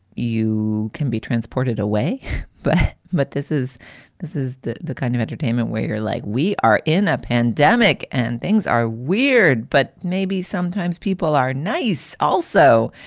you can be transported away but but this is this is the the kind of entertainment where you're like we are in a pandemic and things are weird, but maybe sometimes people are nice also,